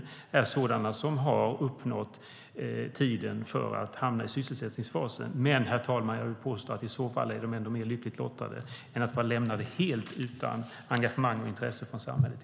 Det är alltså sådana som har uppnått tiden för att hamna i sysselsättningsfasen. Men, herr talman, jag vill påstå att de i så fall ändå är mer lyckligt lottade än dem som är lämnade i förtidspension helt utan engagemang och intresse från samhället.